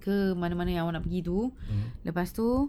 ke mana-mana yang awak nak pergi tu lepas tu